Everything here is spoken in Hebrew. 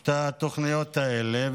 את התוכניות האלה.